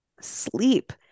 sleep